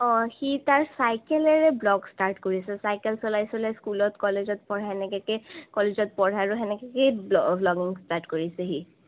অঁ সি তাৰ চাইকেলেৰে ব্লগ ষ্টাৰ্ট কৰিছে চাইকেল চলাই চলাই স্কুলত কলেজত পঢ়ে তেনেকুৱাকৈ কলেজত পঢ়া আৰু তেনেকুৱাকৈ ব্ল ব্লগিং ষ্টাৰ্ট কৰিছে সি